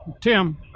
Tim